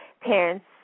parents